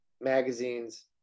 magazines